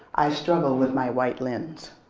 i struggle with my white lens.